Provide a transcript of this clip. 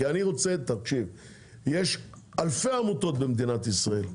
יש אלפי עמותות במדינת ישראל.